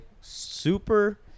super